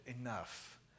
enough